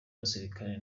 basirikare